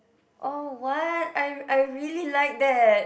oh what I I really like that